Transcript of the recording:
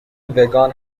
وگان